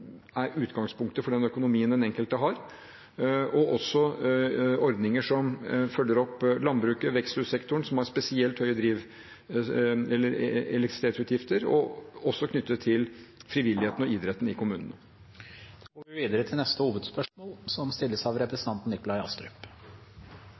er utgangspunktet for den økonomien den enkelte har, og landbruket og veksthussektoren, som har spesielt høye elektrisitetsutgifter, og også frivilligheten og idretten i kommunene. Vi går videre til neste hovedspørsmål. EU ønsker å innføre karbontoll, der formålet er å hindre at bedrifter flytter ut av